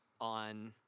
on